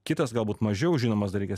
kitas galbūt mažiau žinomas dalykas